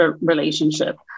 relationship